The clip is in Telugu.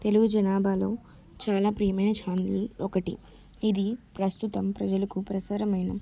తెలుగు జనాభాలో చాలా ప్రియమైన ఛానల్ ఒకటి ఇది ప్రస్తుతం ప్రజలకు ప్రసారమైన